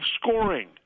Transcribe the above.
scoring